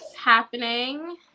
happening